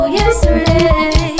yesterday